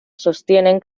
sostienen